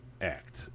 act